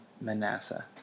Manasseh